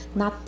na